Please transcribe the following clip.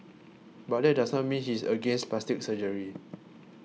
but that does not mean he is against plastic surgery